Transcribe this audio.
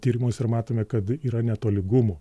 tyrimus ir matome kad yra netolygumų